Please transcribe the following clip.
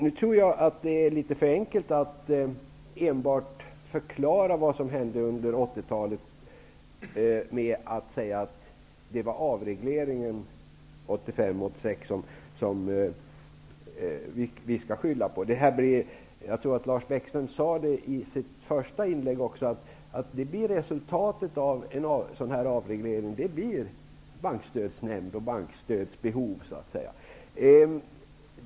Jag tror att det är litet för enkelt att enbart skylla det som hände under 80-talet på den avreglering som gjordes 1985--86. Jag tror att Lars Bäckström i sitt första inlägg också sade att resultatet av en sådan här avreglering blir en bankstödsnämnd och ett bankstödsbehov, så att säga.